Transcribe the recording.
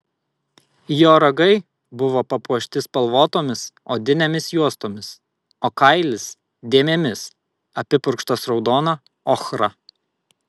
jo ragai buvo papuošti spalvotomis odinėmis juostomis o kailis dėmėmis apipurkštas raudona ochra